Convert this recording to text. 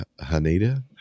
Haneda